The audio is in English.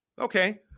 okay